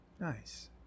Nice